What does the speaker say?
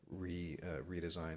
redesign